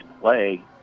play